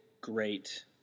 great